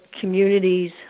communities